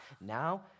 Now